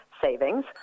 savings